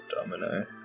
Domino